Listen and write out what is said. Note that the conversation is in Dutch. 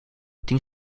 tien